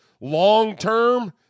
Long-term